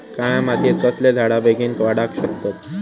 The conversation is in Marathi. काळ्या मातयेत कसले झाडा बेगीन वाडाक शकतत?